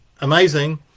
amazing